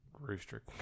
rooster